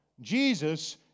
Jesus